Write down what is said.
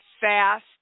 fast